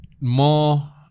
more